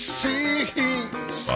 seems